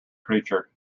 creature